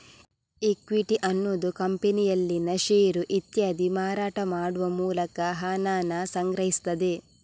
equity ಅನ್ನುದು ಕಂಪನಿಯಲ್ಲಿನ share ಇತ್ಯಾದಿ ಮಾರಾಟ ಮಾಡುವ ಮೂಲಕ ಹಣಾನ ಸಂಗ್ರಹಿಸ್ತದೆ